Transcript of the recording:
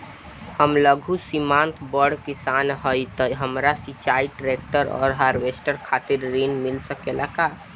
हम लघु सीमांत बड़ किसान हईं त हमरा सिंचाई ट्रेक्टर और हार्वेस्टर खातिर ऋण मिल सकेला का?